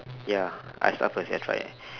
ya I start first that's right